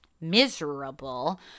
miserable